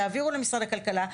תעבירו למשרד הכלכלה.